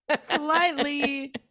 slightly